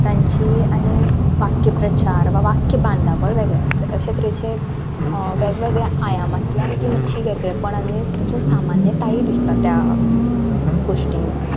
तांची आनी वाक्यप्रचार वा वाक्य बांदावळ वेगळें आसतलें अशा तरेचे वेगवेगळ्या आयामांतल्यान ती मातशी वेगळेपणांतूय ते सामान्यतायूय दिसता त्या गोष्टीनीं